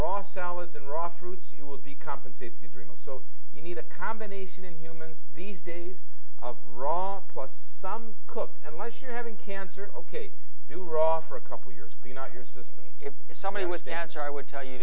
raw salads and raw fruits you will be compensated dreama so you need a combination in humans these days of wrong plus some cooked unless you're having cancer ok do raw for a couple years clean out your system if somebody was dancer i would tell you